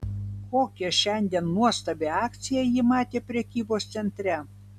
kokią šiandien nuostabią akciją ji matė prekybos centre